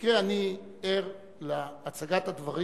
במקרה אני ער להצגת הדברים